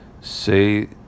say